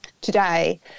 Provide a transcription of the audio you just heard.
today